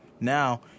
Now